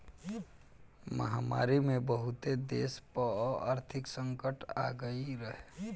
महामारी में बहुते देस पअ आर्थिक संकट आगई रहे